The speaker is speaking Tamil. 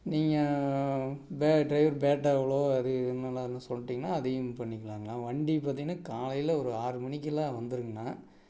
நீங்கள் பெ ட்ரைவர் பேட்டா எவ்வளவோ அது என்ன வரும்னு சொல்லிட்டிங்கனா அதையும் பண்ணிக்கலாங்கண்ணா வண்டி பார்த்திங்கனா காலையில் ஒரு ஆறு மணிக்குலாம் வந்துடுங்கண்ணா